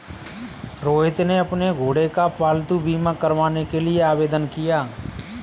रोहित ने अपने घोड़े का पालतू बीमा करवाने के लिए आवेदन किया